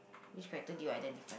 which character do you identify